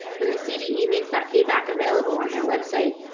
when the cd makes that feedback available on their website,